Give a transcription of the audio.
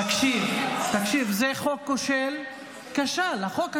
תקשיב, תקשיב, זה חוק כושל, כשל.